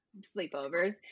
sleepovers